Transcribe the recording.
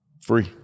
Free